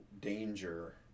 danger